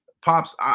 Pops